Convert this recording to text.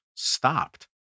stopped